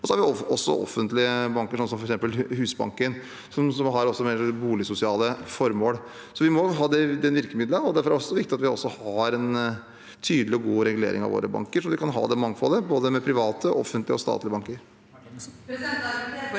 Så er det også offentlige banker, som f.eks. Husbanken, som har mer boligsosiale formål. Vi må ha det virkemidlet, og derfor er det også viktig at vi har en tydelig og god regulering av våre banker, så vi kan ha det mangfoldet, både private, offentlige og statlige banker.